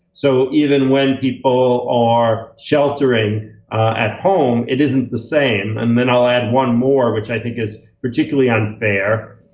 so even when people are sheltering at home, it isn't the same. and then i'll add one more, which i think is particularly unfair,